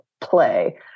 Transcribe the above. play